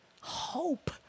Hope